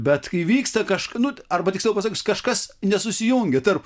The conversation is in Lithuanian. bet kai vyksta kaž nu arba tiksliau pasakius kažkas nesusijungia tarp